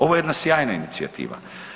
Ovo je jedna sjajna inicijativa.